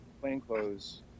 plainclothes